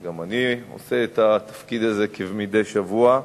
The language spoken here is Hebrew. גם אני עושה את התפקיד הזה מדי שבוע,